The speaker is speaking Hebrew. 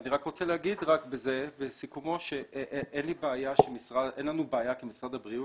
אני רוצה להגיד בסיכום שאין לנו בעיה כמשרד הבריאות